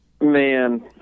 Man